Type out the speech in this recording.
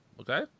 okay